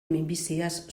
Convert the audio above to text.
minbiziaz